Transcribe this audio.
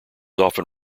often